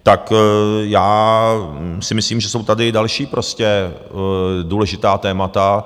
Tak já si myslím, že jsou tady další prostě důležitá témata.